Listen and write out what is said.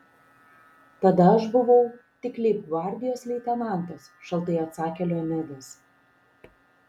tada aš buvau tik leibgvardijos leitenantas šaltai atsakė leonidas